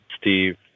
Steve